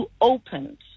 opened